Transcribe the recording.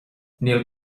níl